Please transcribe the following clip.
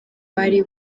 bari